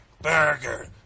burger